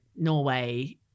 Norway